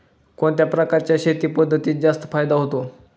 कोणत्या प्रकारच्या शेती पद्धतीत जास्त फायदा होतो?